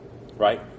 right